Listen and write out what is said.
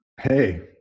hey